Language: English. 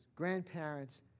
Grandparents